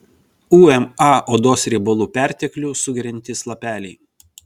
uma odos riebalų perteklių sugeriantys lapeliai